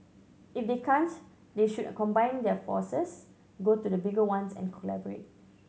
if they can't they should combine their forces go to the bigger ones and collaborate